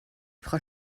frau